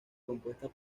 compuestas